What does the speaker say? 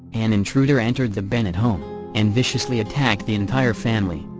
an intruder entered the bennett home and viciously attacked the entire family.